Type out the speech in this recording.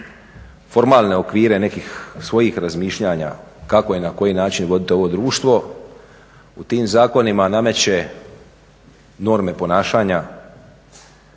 formalne okvire nekih svojih razmišljanja kako i na koji način voditi ovo društvo. U tim zakonima nameće norme ponašanja,